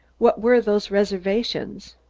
what were those reservations?